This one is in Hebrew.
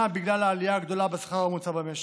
בגלל העלייה הגדולה בשכר הממוצע במשק,